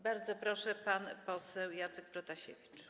Bardzo proszę, pan poseł Jacek Protasiewicz.